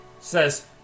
Says